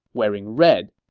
wearing red,